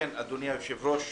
אדוני היושב-ראש,